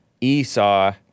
Esau